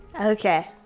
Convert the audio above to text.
Okay